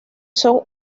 son